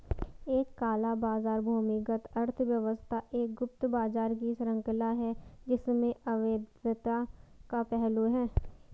एक काला बाजार भूमिगत अर्थव्यवस्था एक गुप्त बाजार की श्रृंखला है जिसमें अवैधता का पहलू है